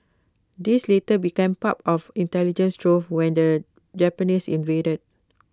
these later became part of intelligence trove when the Japanese invaded